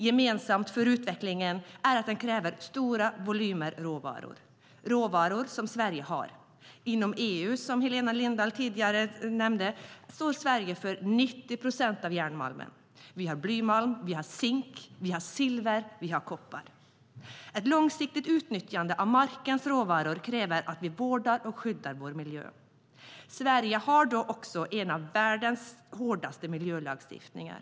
Gemensamt för utvecklingen är att den kräver stora volymer råvaror, råvaror som Sverige har. Inom EU står Sverige för 90 procent av järnmalmen. Vi har blymalm, zink, silver och koppar. Ett långsiktigt utnyttjande av markens råvaror kräver att vi vårdar och skyddar vår miljö. Sverige har därför en av världens hårdaste miljölagstiftningar.